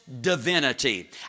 divinity